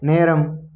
நேரம்